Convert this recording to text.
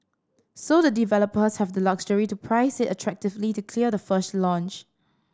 so the developers have the luxury to price it attractively to clear the first launch